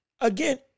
again